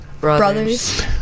brothers